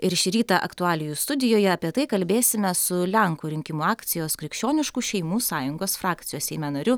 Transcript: ir šį rytą aktualijų studijoje apie tai kalbėsime su lenkų rinkimų akcijos krikščioniškų šeimų sąjungos frakcijos seime nariu